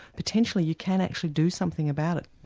potentially you can actually do something about it.